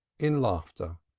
in laughter